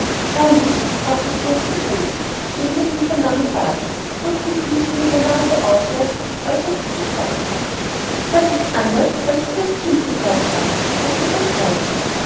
herrlich sprach der fürst der krebse steht mir dieser lange bart rückt die füße mit der nase auswärts als er dieses sagt das ist anders als ich's als kind gesagt habe sagte der greif